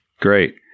Great